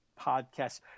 podcast